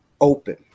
open